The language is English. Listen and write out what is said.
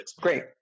Great